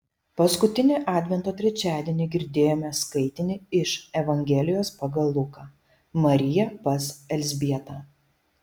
paskutinį advento trečiadienį girdėjome skaitinį iš evangelijos pagal luką marija pas elzbietą